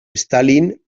stalin